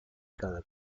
cada